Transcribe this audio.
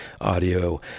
audio